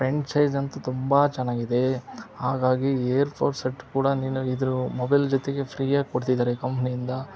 front size ಅಂತೂ ತುಂಬ ಚೆನ್ನಾಗಿದೆ ಹಾಗಾಗಿ ಏರ್ ಫೋ ಸೆಟ್ ಕೂಡ ನೀನು ಇದ್ರ ಮೊಬೈಲ್ ಜೊತೆಗೆ ಫ್ರೀಯಾಗಿ ಕೊಡ್ತಿದ್ದಾರೆ ಕಂಪ್ನಿಯಿಂದ